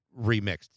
remixed